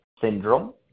syndrome